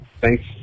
thanks